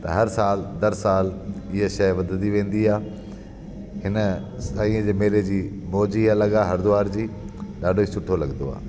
त हर सालु दरसाल इह शइ वधंदी वेंदी आहे हिन साईं जी मेले जी मौज ही अलॻि आ हरिद्वार जी ॾाढो ई सुठो लॻंदो आहे